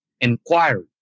inquiry